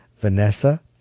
Vanessa